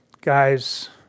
Guys